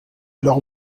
leur